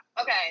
Okay